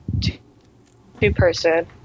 two-person